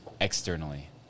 externally